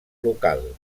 local